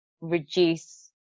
reduce